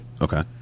Okay